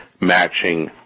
matching